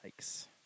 Yikes